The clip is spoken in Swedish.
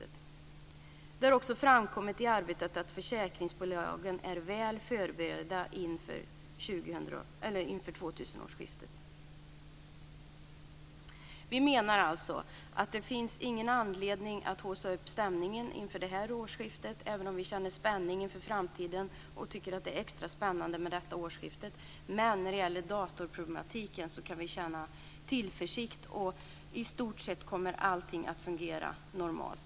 Det har också framkommit i arbetet att försäkringsbolagen är väl förberedda inför 2000 Vi menar alltså att det inte finns någon anledning att driva upp stämningen inför årsskiftet, även om vi känner förväntan inför framtiden och tycker att detta årsskifte är extra spännande. När det gäller datorproblematiken kan vi känna tillförsikt. I stort sett kommer allting att fungera normalt.